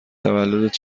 تولدت